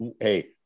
hey